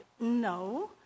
no